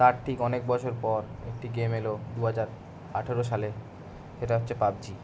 তার ঠিক অনেক বছর পর একটি গেম এল দু হাজার আঠেরো সালে সেটা হচ্ছে পাবজি